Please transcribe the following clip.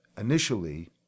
initially